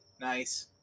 nice